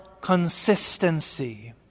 consistency